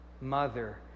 mother